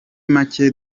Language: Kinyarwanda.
make